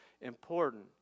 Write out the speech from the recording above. important